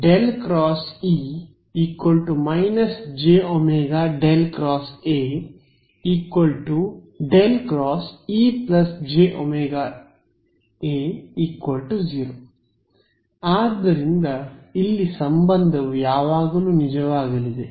∇× E − jω∇ xA ∇× EjwA 0 ಆದ್ದರಿಂದ ಇಲ್ಲಿ ಈ ಸಂಬಂಧವು ಯಾವಾಗಲೂ ನಿಜವಾಗಲಿದೆ